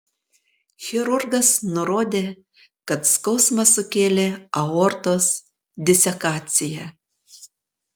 chirurgas nurodė kad skausmą sukėlė aortos disekacija